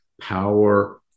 Power